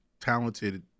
talented